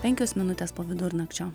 penkios minutės po vidurnakčio